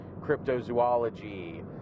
cryptozoology